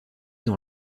dans